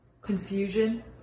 confusion